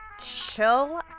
Chill